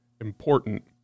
important